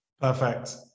Perfect